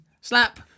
slap